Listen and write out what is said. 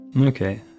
Okay